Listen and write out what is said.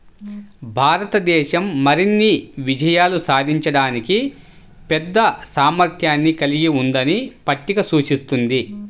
భారతదేశం మరిన్ని విజయాలు సాధించడానికి పెద్ద సామర్థ్యాన్ని కలిగి ఉందని పట్టిక సూచిస్తుంది